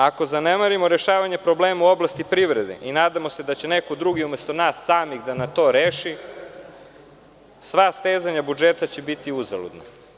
Ako zanemarimo rešavanje problema u oblasti privrede i nadamo se da će neko drugi umesto nas samih da nam to reši, sva stezanja budžeta će biti uzaludna.